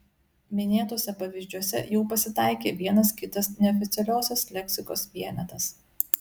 minėtuose pavyzdžiuose jau pasitaikė vienas kitas neoficialiosios leksikos vienetas